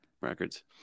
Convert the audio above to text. records